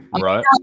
Right